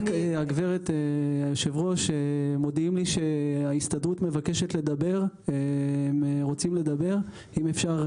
בוקר טוב, שמי מור ארזי גלבוע, אני עורכת